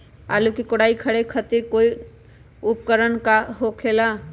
आलू के कोराई करे खातिर कोई उपकरण हो खेला का?